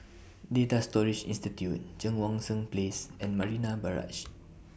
Data Storage Institute Cheang Wan Seng Place and Marina Barrage